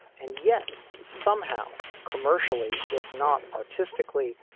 and yet somehow commercially, if not artistically,